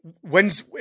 when's